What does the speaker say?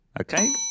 Okay